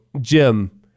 Jim